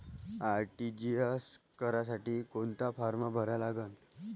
RTGS करासाठी कोंता form भरा लागन?